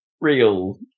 real